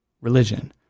religion